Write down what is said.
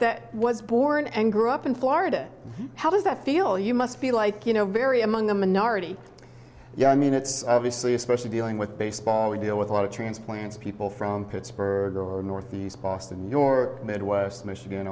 that was born and grew up in florida how does that feel you must feel like you know very among the minority yeah i mean it's obviously especially dealing with baseball we deal with a lot of transplants people from pittsburgh or northeast boston or midwest michigan